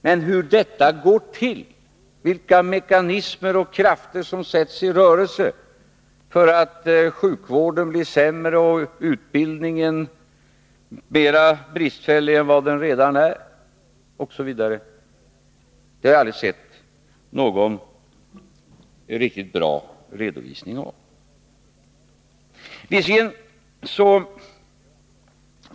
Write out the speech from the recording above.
Men hur detta går till, vilka mekanismer och krafter som sätts i rörelse för att sjukvården blir sämre och utbildningen mera bristfällig än den redan är, osv., har jag aldrig sett någon riktigt bra redovisning av.